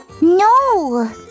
No